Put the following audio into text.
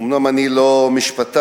אומנם אני לא משפטן,